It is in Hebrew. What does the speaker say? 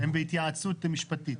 הם בהתייעצות משפטית.